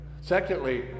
Secondly